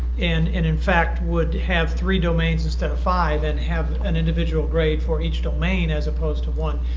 and and in fact would have three domains instead of five and have an individual grade for each domain as opposed to one.